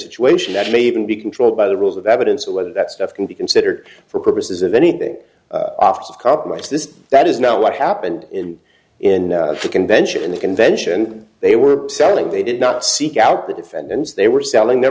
situation that may even be controlled by the rules of evidence or whether that stuff can be considered for purposes of anything off of commerce this that is not what happened in in the convention in the convention they were selling they did not seek out the defendants they were selling their